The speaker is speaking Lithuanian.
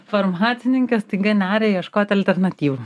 farmacininkė staiga neria ieškoti alternatyvų